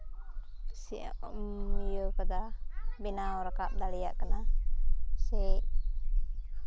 ᱥᱮ ᱤᱭᱟᱹ ᱠᱟᱫᱟ ᱵᱮᱱᱟᱣ ᱨᱟᱠᱟᱵ ᱫᱟᱲᱮᱭᱟᱜ ᱠᱟᱱᱟ ᱥᱮ